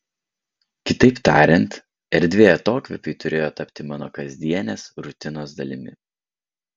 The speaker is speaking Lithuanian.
kitaip tariant erdvė atokvėpiui turėjo tapti mano kasdienės rutinos dalimi